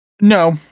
No